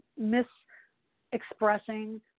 mis-expressing